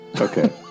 Okay